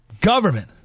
government